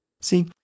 See